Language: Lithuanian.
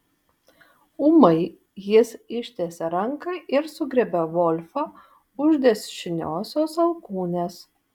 ūmai jis ištiesė ranką ir sugriebė volfą už dešiniosios alkūnės